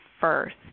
first